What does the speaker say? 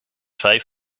vijf